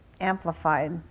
Amplified